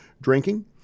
drinking